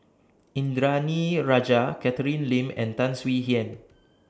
Indranee Rajah Catherine Lim and Tan Swie Hian